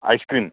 icecream